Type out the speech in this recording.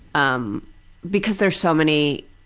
um because they're so many,